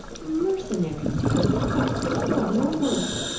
mercenary, mem? i scorn your words.